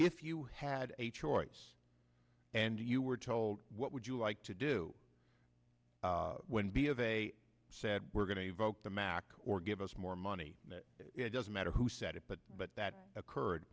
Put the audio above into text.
if you had a choice and you were told what would you like to do when b of a said we're going to evoke the mac or give us more money it doesn't matter who said it but but that occurred